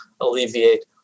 alleviate